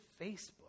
Facebook